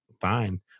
fine